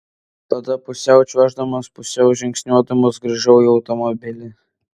tada pusiau čiuoždamas pusiau žingsniuodamas grįžau į automobilį